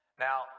Now